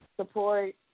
support